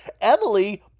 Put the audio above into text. Emily